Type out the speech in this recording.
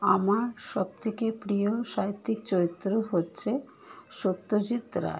আমার সবথেকে প্রিয় সাহিত্যিক চরিত্র হচ্ছে সত্যজিৎ রায়